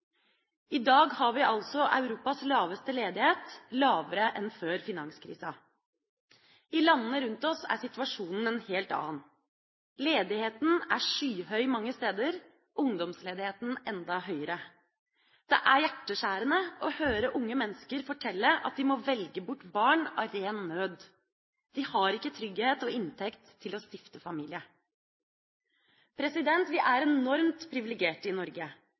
I dag har vi altså Europas laveste ledighet, lavere enn før finanskrisa. I landene rundt oss er situasjonen en helt annen. Ledigheten er skyhøy mange steder, ungdomsledigheten enda høyere. Det er hjerteskjærende å høre unge mennesker fortelle at de må velge bort barn av ren nød. De har ikke trygghet og inntekt til å stifte familie. Vi er enormt privilegerte i Norge.